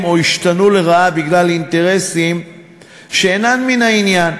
או השתנו לרעה בגלל אינטרסים שאינם ממין העניין,